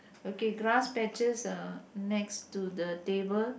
okay grass patches uh next to the table